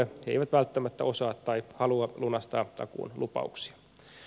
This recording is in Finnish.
he eivät välttämättä osaa tai halua lunastaa takuun lupauksia